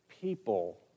people